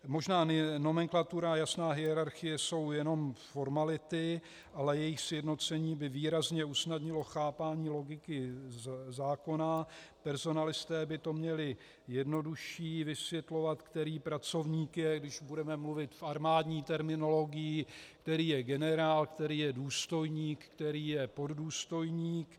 Možná nomenklatura a jasná hierarchie jsou jenom formality, ale jejich sjednocení by výrazně usnadnilo chápání logiky zákona, personalisté by to měli jednodušší vysvětlovat, který pracovník je když budeme mluvit v armádní terminologii generál, který je důstojník, který je poddůstojník.